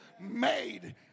made